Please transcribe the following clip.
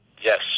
Yes